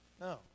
No